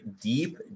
deep